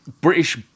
British